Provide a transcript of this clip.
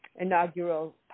inaugural